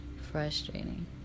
frustrating